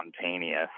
spontaneous